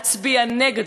תודה, אדוני היושב-ראש.